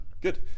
Good